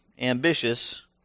ambitious